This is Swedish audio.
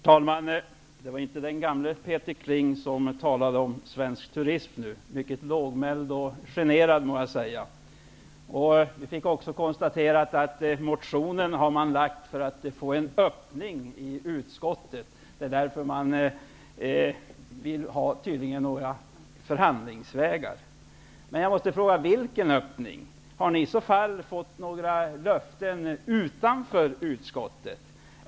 Herr talman! Det var inte den gamle Peter Kling som talade om svensk turism. Peter Kling var mycket lågmäld och generad, må jag säga. Vi fick också konstaterat att Ny demokrati har lagt sin motion för att få en öppning i utskottet, därför att man tydligen vill ha några förhandlingsvägar. Vilken öppning handlar det om? Har Ny demokrati fått några löften utanför utskottet?